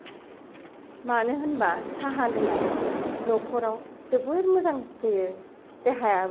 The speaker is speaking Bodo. मानो होनबा साहा लोंनानै नख'राव जोबोद मोजां फैयो देहायाबो गोरा जायो